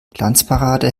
glanzparade